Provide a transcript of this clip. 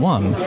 One